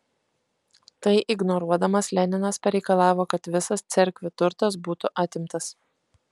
tai ignoruodamas leninas pareikalavo kad visas cerkvių turtas būtų atimtas